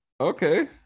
Okay